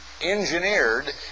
engineered